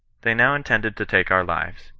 they now intended to take our lives.